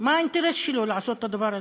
מה האינטרס שלו לעשות את הדבר הזה?